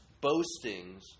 boastings